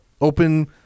Open